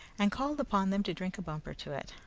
and called upon them to drink a bumper to it,